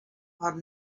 are